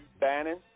Bannon